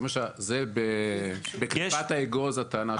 זה בקליפת האגוז הטענה של המדינה,